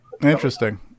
Interesting